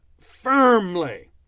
firmly